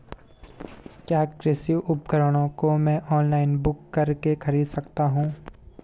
क्या कृषि उपकरणों को मैं ऑनलाइन बुक करके खरीद सकता हूँ?